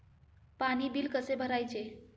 पाणी बिल कसे भरायचे?